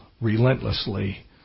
relentlessly